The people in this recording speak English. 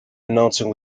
announcing